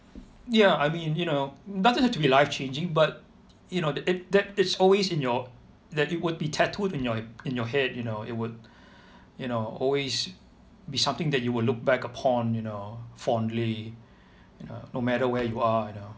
ya I mean you know doesn't have to be life changing but you know that it that is always in your that it would be tattooed in your in your head you know it would you know always be something that you would look back upon you know fondly uh no matter where you are you know